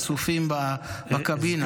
חשופים בקבינה.